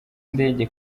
indege